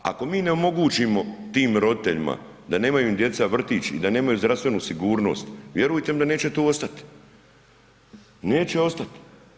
Ako mi ne omogućimo tim roditeljima da nemaju im djeca vrtić i da nemaju zdravstvenu sigurnost vjerujte mi da neće tu ostati, neće ostati.